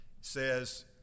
says